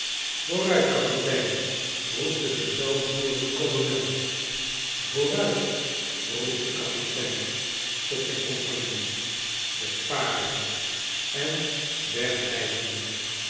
vooruit kapitein roept de bevel voerende kolonel voor uitl roept de kapitein totzijnkompagnie de paarden en weg rijden we